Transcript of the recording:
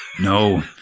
No